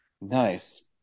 Nice